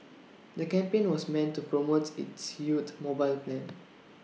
the campaign was meant to promote its youth mobile plan